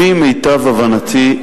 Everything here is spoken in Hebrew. לפי מיטב הבנתי,